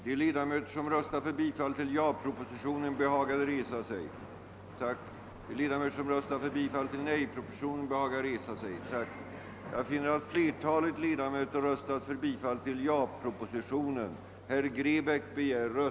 Första kammaren har tidigare på alla punkter bifallit första lagutskottets hemställan i dess utlåtande nr 81. Med hänsyn till att kamrarna sålunda fattat olika beslut anordnas i morgon sammanträden dels kl.